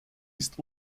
ist